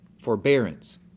forbearance